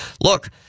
look